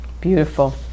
Beautiful